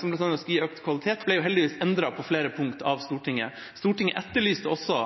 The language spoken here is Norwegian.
som bl.a. skal gi økt kvalitet, ble heldigvis endret på flere punkter av Stortinget. Stortinget etterlyste også